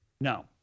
No